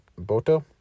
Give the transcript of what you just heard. Boto